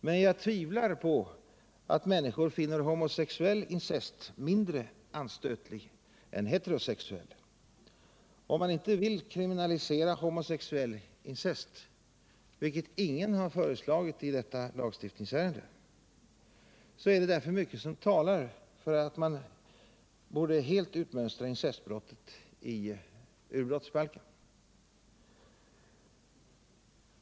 Men jag tvivlar på att människor finner homosexuell incest mindre anstötlig än heterosexuell. Om man inte vill kriminalisera homosexuell incest — vilket ingen har föreslagit i detta lagstiftningsärende — är det därför mycket som talar för att helt utmönstra incestbrottet ur brottsbalken.